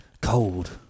cold